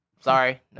Sorry